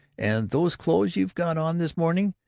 and those clothes you've got on this morning,